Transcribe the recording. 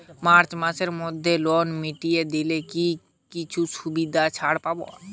March মাসের মধ্যে loan মিটিয়ে দিলে কি কিছু ছাড় পাব?